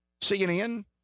CNN